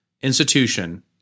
institution